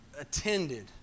attended